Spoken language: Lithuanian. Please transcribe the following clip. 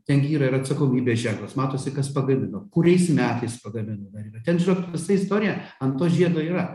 ten gi yra ir atsakomybės ženklas matosi kas pagamino kuriais metais pagaminta ten žinot visa istorija ant to žiedo yra